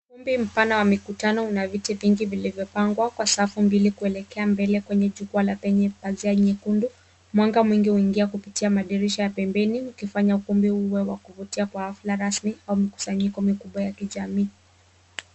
Ukumbi mpana wa mikutano una viti vingi vilivyopangwa kwa safu mbili kuelekea mbele kwenye jukwa la penye pazia nyekundu. Mwanga mwingi huingia kupitia madirisha ya pembeni ukifanya ukumbi uwe wa kuvutia kwa hafla rasmi au mkusanyiko mkubwa wa kijamii.